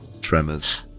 tremors